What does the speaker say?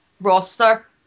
roster